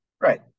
right